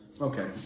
Okay